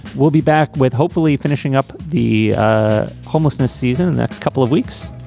we'll be back with hopefully finishing up the homelessness season the next couple of weeks.